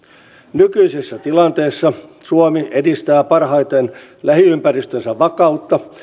nykyisessä tilanteessa suomi edistää parhaiten lähiympäristönsä vakautta